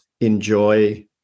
enjoy